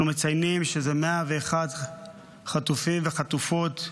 אנחנו מציינים שאלה 101 חטופים וחטופות,